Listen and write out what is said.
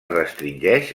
restringeix